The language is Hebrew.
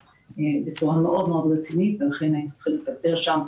בצורה מאוד מאוד רצינית ולכן היינו צריכים לתגבר שם.